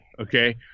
Okay